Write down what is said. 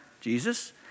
Jesus